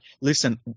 Listen